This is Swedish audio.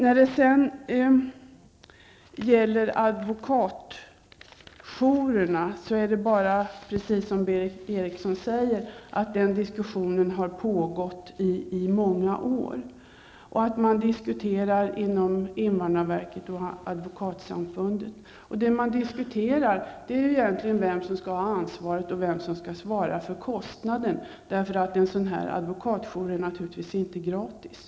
När det gäller advokatjourerna har den diskussionen pågått i många år, precis som Berith Eriksson säger. Man diskuterar inom invandrarverket och Advokatsamfundet vem som egentligen skall ha ansvaret och vem som skall svara för kostnaden eftersom en sådan här advokatjour naturligtvis inte är gratis.